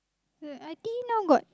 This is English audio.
that I think now got